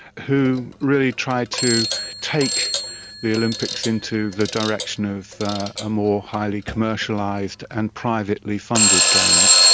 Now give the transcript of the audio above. who really tried to take the olympics into the direction of a more highly commercialised and privately funded games.